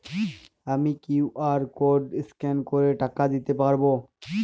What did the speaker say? আমি QR code scan করে টাকা দিতে পারবো?